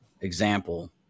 example